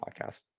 podcast